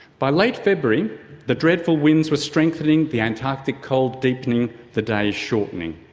by late february the dreadful winds were strengthening, the antarctic cold deepening, the days shortening.